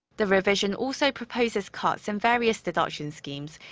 the revision also proposes cuts in various deduction schemes,